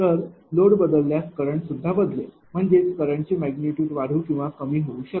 तर लोड बदलल्यास करंट सुद्धा बदलेल म्हणजेच करंटची मैग्निटूड वाढू किंवा कमी होऊ शकते